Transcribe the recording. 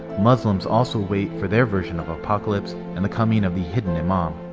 muslims also await for their version of apocalypse and the coming of the hidden imam.